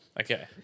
Okay